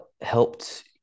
helped